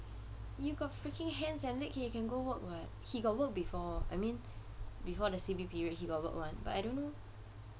you got freaking hands and legs you can go work [what] he got work before I mean before the C_B period he got work [one] but I don't know